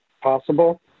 possible